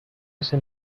ese